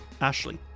Ashley